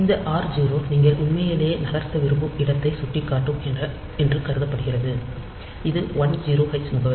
இந்த r0 நீங்கள் உண்மையிலேயே நகர்த்த விரும்பும் இடத்தை சுட்டிக்காட்டும் என்று கருதப்படுகிறது இது 10 H முகவரி